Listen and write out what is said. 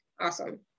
awesome